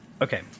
Okay